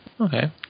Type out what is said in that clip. Okay